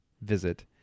visit